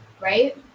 right